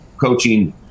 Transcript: coaching